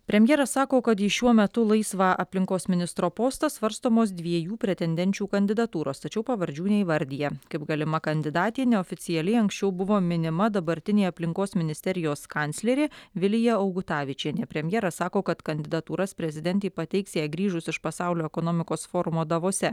premjeras sako kad į šiuo metu laisvą aplinkos ministro postą svarstomos dviejų pretendenčių kandidatūros tačiau pavardžių neįvardija kaip galima kandidatė neoficialiai anksčiau buvo minima dabartinė aplinkos ministerijos kanclerė vilija augutavičienė premjeras sako kad kandidatūras prezidentei pateiks jai grįžus iš pasaulio ekonomikos forumo davose